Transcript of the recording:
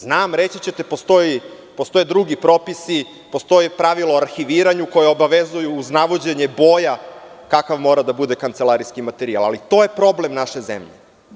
Znam reći ćete postoje drugi propisi, postoji pravilo o arhiviranju koje obavezuju uz navođenje boja kakav mora da bude kancelarijski materijal, ali to je problem naše zemlje.